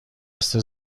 مثل